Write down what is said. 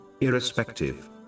irrespective